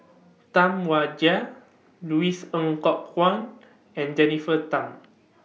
Tam Wai Jia Louis Ng Kok Kwang and Jennifer Tham